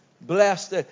blessed